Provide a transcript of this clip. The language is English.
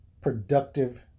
productive